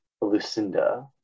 Lucinda